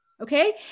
Okay